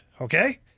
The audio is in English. okay